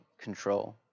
control